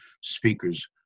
speakers